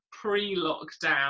pre-lockdown